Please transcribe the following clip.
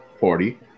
party